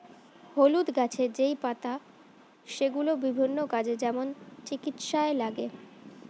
হলুদ গাছের যেই পাতা সেগুলো বিভিন্ন কাজে, যেমন চিকিৎসায় লাগে